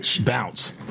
bounce